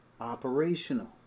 operational